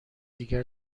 دیگر